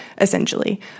Essentially